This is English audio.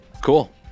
Cool